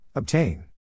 Obtain